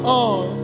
on